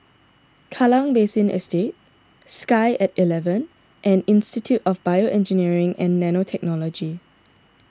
Kallang Basin Estate Sky at eleven and Institute of BioEngineering and Nanotechnology